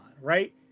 right